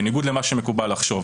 בניגוד למה שמקובל לחשוב.